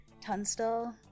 Tunstall